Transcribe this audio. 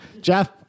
Jeff